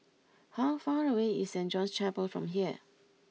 how far away is Saint John's Chapel from here